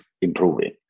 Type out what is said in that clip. improving